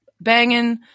banging